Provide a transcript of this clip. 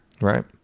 right